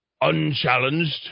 unchallenged